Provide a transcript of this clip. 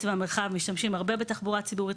והמרחב משתמשים הרבה בתחבורה ציבורית,